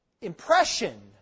impression